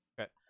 Okay